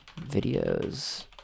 videos